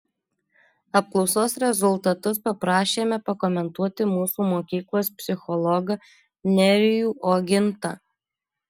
apklausos rezultatus paprašėme pakomentuoti mūsų mokyklos psichologą nerijų ogintą